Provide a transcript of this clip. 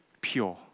pure